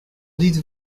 dites